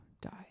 die